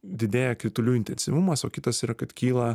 didėja kritulių intensyvumas o kitas yra kad kyla